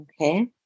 Okay